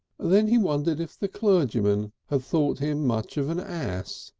then he wondered if the clergyman had thought him much of an ass,